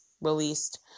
released